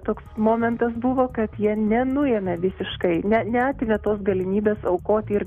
toks momentas buvo kad jie nenuėmė visiškai ne neatėmė galimybės aukoti ir